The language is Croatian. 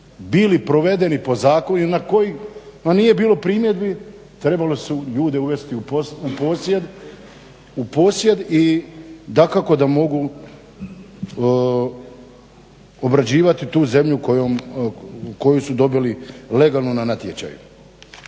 bili provedeni po zakonu i na kojima nije bilo primjedbi trebali su ljude uvesti u posjed i dakako da mogu obrađivati tu zemlju koju su dobili legalno na natječaju.